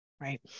Right